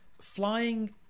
flying